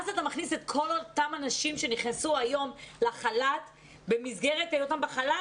מכניס את כל אותם אנשים שנכנסו היום לחל"ת במסגרת היותם בחל"ת.